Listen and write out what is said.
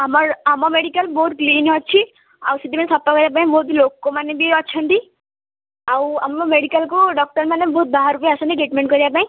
ଆମର ଆମ ମେଡ଼ିକାଲ୍ ବହୁତ କ୍ଲିନ୍ ଅଛି ଆଉ ସେଥିପାଇଁ ସଫା କରିବାପାଇଁ ବହୁତ ଲୋକମାନେ ବି ଅଛନ୍ତି ଆଉ ଆମ ମେଡ଼ିକାଲକୁ ଡ଼କ୍ଟର ମାନେ ବହୁତ ବାହାରୁ ବି ଆସନ୍ତି ଟ୍ରିଟମେଣ୍ଟ କରିବାପାଇଁ